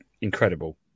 incredible